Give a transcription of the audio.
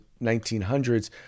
1900s